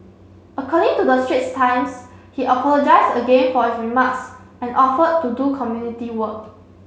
according to the Straits Times he apologised again for his remarks and offered to do community work